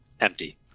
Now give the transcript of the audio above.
empty